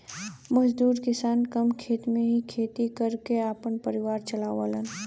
मजदूर किसान कम खेत में ही खेती कर क आपन परिवार चलावलन